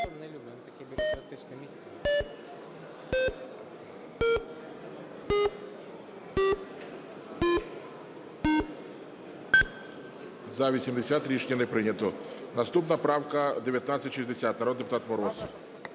За-80 Рішення не прийнято. Наступна правка 1960. Народний депутат Мороз.